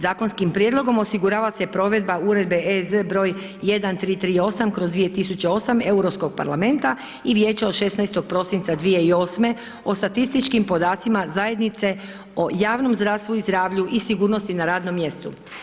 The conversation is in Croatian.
Zakonskim prijedlogom osigurava se provedba Uredbe EZ br. 1338/2008 Europskog parlamenta i Vijeća od 16. prosinca 2008. o statističkim podacima zajednice o javnom zdravstvu i zdravlju i sigurnosti na radnom mjestu.